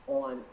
on